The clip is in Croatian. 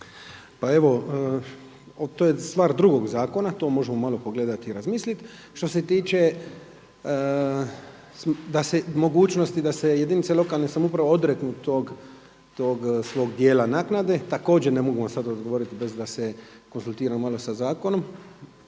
Pa evo, to je stvar drugog zakona, to možemo malo pogledati i razmisliti. Što se tiče mogućnosti da se jedinice lokalne samouprave odreknu tog svog dijela naknade, također ne mogu vam sada odgovoriti bez da se konzultiram malo sa zakonom.